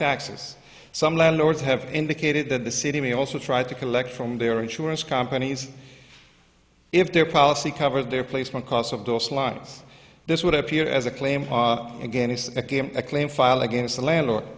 taxes some landlords have indicated that the city may also try to collect from their insurance companies if their policy covers their placement costs of those lines this would appear as a claim against a game a claim filed against the landlord